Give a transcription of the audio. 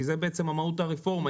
כי זה בעצם מהות הרפורמה.